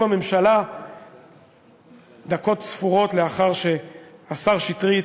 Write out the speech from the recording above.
הממשלה דקות ספורות לאחר שהשר שטרית,